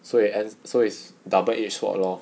所以 and so is double edge sword lor